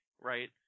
right